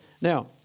Now